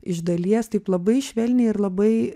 iš dalies taip labai švelniai ir labai